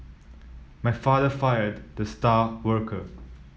my father fired the star worker